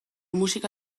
musika